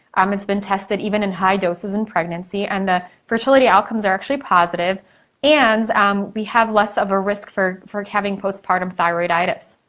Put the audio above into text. um it's been tested even in high doses in pregnancy and the fertility outcomes are actually positive and um we have less of a risk for for having post-partum thyroiditis.